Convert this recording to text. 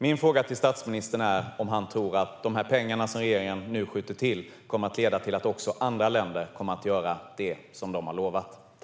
Min fråga till statsministern är om han tror att de pengar som regeringen nu skjuter till kommer att leda till att också andra länder kommer att göra det som de har lovat.